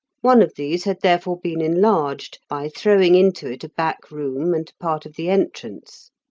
one of these had therefore been enlarged, by throwing into it a back room and part of the entrance,